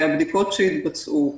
הבדיקות שהתבצעו,